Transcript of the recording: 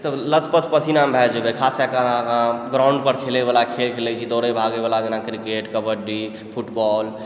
तऽ लथपथ पसीनामे भए जेबै खास कए कऽ अहाँ ग्राऊण्डपर खेलैवला खेलै छी दौड़ै भागैवला अहाँके जेना भेलै क्रिकेट कबड्डी फूटबाल